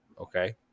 okay